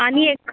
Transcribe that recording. आनी एक